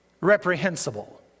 reprehensible